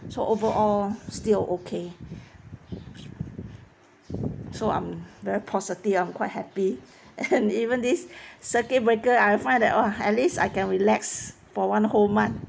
so overall still okay so I'm very positive I'm quite happy and even this circuit breaker I find that !wah! at least I can relax for one whole month